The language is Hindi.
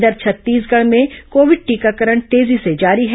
इधर छत्तीसगढ़ में कोविड टीकाकरण तेजी से जारी है